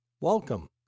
welcome